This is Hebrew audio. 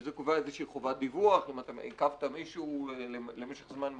וזה קובע איזושהי חובת דיווח אם אתה עיכבת מישהו למשך זמן ממושך,